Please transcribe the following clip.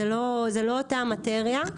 זו לא אותה מטריה,